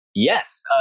Yes